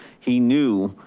he knew